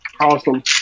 awesome